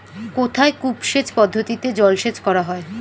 কোথায় কূপ সেচ পদ্ধতিতে জলসেচ করা হয়?